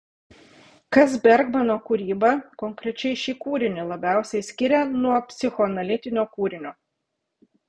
kas bergmano kūrybą konkrečiai šį kūrinį labiausiai skiria nuo psichoanalitinio kūrinio